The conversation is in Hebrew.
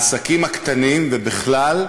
העסקים הקטנים, ובכלל,